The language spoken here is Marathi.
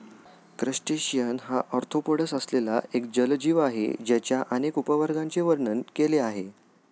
क्रस्टेशियन हा आर्थ्रोपोडस असलेला एक जलजीव आहे ज्याच्या अनेक उपवर्गांचे वर्णन केले आहे